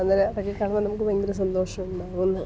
അന്നേരം അതൊക്കെ കാണുമ്പോൾ നമുക്ക് ഭയങ്കര സന്തോഷമുണ്ടാകുന്ന